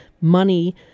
money